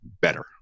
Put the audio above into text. better